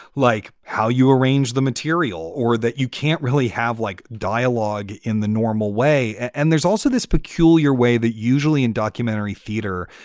like how you arrange the material or that you can't really have, like, dialogue in the normal way. and there's also this peculiar way that usually in documentary theatre,